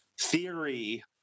theory